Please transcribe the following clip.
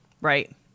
Right